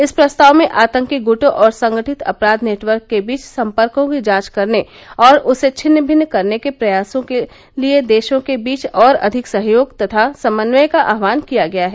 इस प्रस्ताव में आतंकी ग्टों और संगठित अपराध नेटवर्क के बीच संपर्को की जांच करने और उसे छिन्न भिन्न करने के प्रयासों के लिए देशों के बीच और अधिक सहयोग तथा समन्वय का आह्वान किया गया है